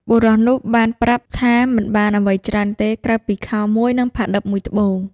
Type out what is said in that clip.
បុរសនោះបានប្រាប់ថាមិនបានអ្វីច្រើនទេ ក្រៅពីខោមួយ និងផាឌិបមួយត្បូង។